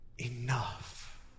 enough